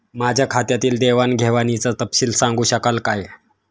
माझ्या खात्यातील देवाणघेवाणीचा तपशील सांगू शकाल काय?